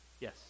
Yes